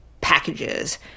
packages